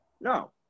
No